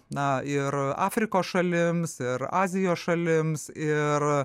na ir afrikos šalims ir azijos šalims ir